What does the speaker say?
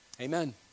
Amen